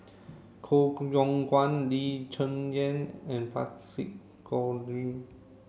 Koh Yong Guan Lee Cheng Yan and Parsick Joaquim